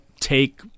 take